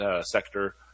sector